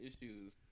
issues